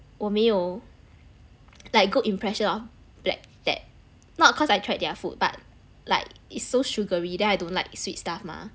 我没有 like good impression of black tap not cause I tried their food but like it's so sugary then I don't like sweet stuff mah